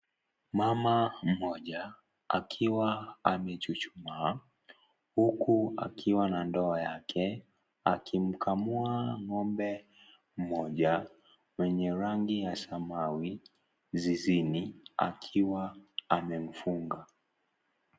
Mama mmoja akiwa amechuchumaa huku akiwa na ndoo yake akimkamua ngombe mmoja mwenye rangi ya samawi zizini akiwa amemfunga.